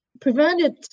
prevented